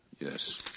Yes